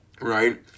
right